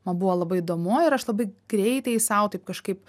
man buvo labai įdomu ir aš labai greitai sau taip kažkaip